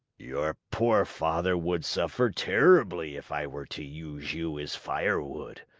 your poor father would suffer terribly if i were to use you as firewood.